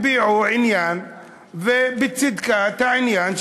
הביעו עניין בצדקת העניין,